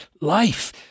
life